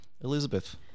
Elizabeth